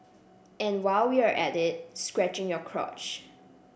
and while we're at it scratching your crotch